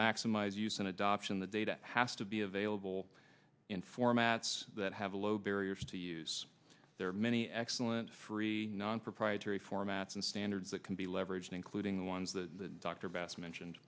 maximize use in adoption the data has to be available in formats that have a low barrier to use there are many excellent free nonproprietary formats and standards that can be leveraged including the ones that dr best mentioned